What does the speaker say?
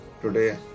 today